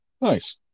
Nice